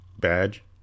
badge